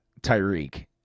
Tyreek